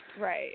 right